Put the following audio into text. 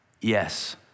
Yes